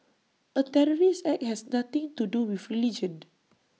A terrorist act has nothing to do with religion